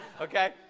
okay